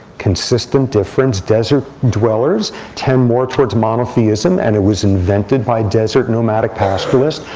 consistent difference desert dwellers tend more towards monotheism. and it was invented by desert nomadic pastoralists.